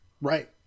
Right